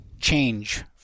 change